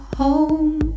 home